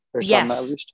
yes